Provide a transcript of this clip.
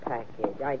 Package